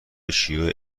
شیوع